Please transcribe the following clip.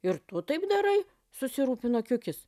ir tu taip darai susirūpino kiukis